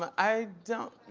i don't.